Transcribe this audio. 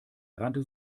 rannte